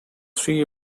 three